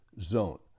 zone